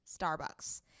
Starbucks